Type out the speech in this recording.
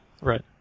Right